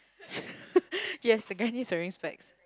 yes the guy needs wearing specs